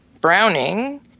Browning